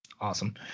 Awesome